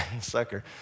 sucker